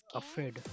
afraid